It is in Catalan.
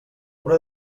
una